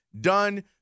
done